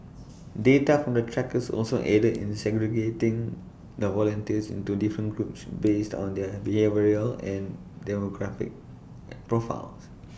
data from the trackers also aided in segregating the volunteers into different groups based on their behavioural and demographic profiles